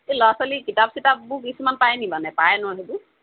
এই ল'ৰা ছোৱালী কিতাপ চিতাপবোৰ কিছুমান পায়নি বাৰু নেপায় নহ্ সেইবোৰ